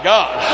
God